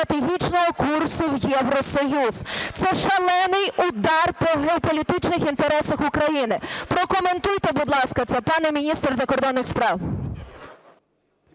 стратегічного курсу в Євросоюз. Це шалений удар по геополітичних інтересах України. Прокоментуйте, будь ласка, це, пане міністре закордонних справ.